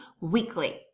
weekly